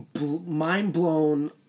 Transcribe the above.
mind-blown